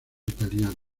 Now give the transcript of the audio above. italianos